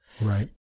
Right